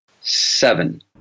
seven